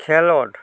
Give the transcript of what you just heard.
ᱠᱷᱮᱞᱳᱰ